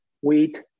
wheat